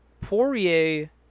Poirier